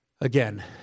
again